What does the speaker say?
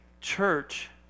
church